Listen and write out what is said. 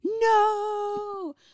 no